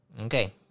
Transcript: Okay